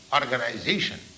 organization